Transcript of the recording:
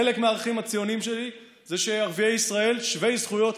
חלק מהערכים הציוניים שלי זה שערביי ישראל הם שווי זכויות,